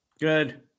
Good